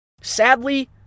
sadly